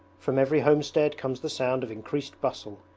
from every homestead comes the sound of increased bustle,